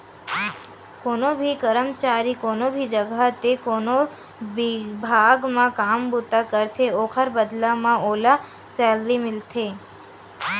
कोनो भी करमचारी कोनो भी जघा ते कोनो बिभाग म काम बूता करथे ओखर बदला म ओला सैलरी मिलथे